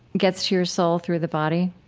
gets to your soul through the body.